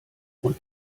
und